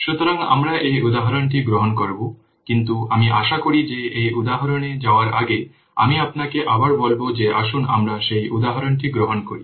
সুতরাং আমরা এই উদাহরণটি গ্রহণ করব কিন্তু আমি আশা করি যে এই উদাহরণে যাওয়ার আগে আমি আপনাকে আবার বলব যে আসুন আমরা সেই উদাহরণটি গ্রহণ করি